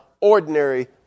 ordinary